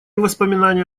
воспоминания